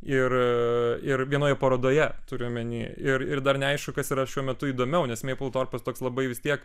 ir ir vienoje parodoje turiu omeny ir ir dar neaišku kas yra šiuo metu įdomiau nes meipil torpas toks labai vis tiek